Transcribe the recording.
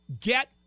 Get